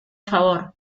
favor